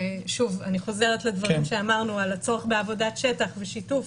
ושוב אני חוזרת לדברים שאמרנו על הצורך בעבודת שטח ושיתוף